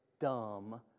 dumb